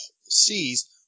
sees